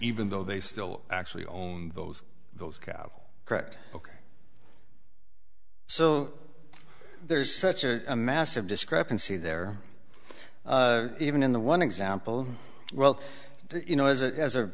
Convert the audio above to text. even though they still actually owned those those cows correct ok so there's such a massive discrepancy there even in the one example well you know as a as a